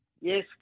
Yes